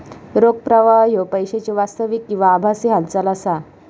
रोख प्रवाह ह्यो पैशाची वास्तविक किंवा आभासी हालचाल असा